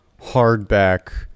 hardback